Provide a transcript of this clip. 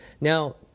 now